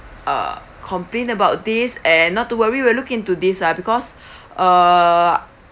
uh complaint about this and not to worry we'll look into this ah because err